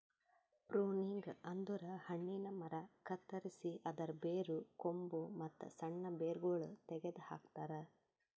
pruning ಅಂದುರ್ ಹಣ್ಣಿನ ಮರ ಕತ್ತರಸಿ ಅದರ್ ಬೇರು, ಕೊಂಬು, ಮತ್ತ್ ಸಣ್ಣ ಬೇರಗೊಳ್ ತೆಗೆದ ಹಾಕ್ತಾರ್